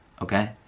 Okay